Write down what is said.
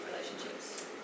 relationships